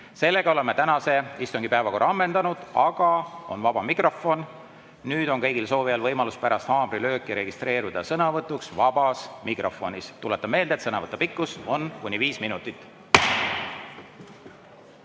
Sellega oleme tänase istungi päevakorra ammendanud, aga on vaba mikrofon. Nüüd on kõigil soovijail võimalus pärast haamrilööki registreeruda sõnavõtuks vabas mikrofonis. Tuletan meelde, et sõnavõtu pikkus on kuni viis minutit.